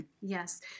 Yes